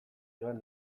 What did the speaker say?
joan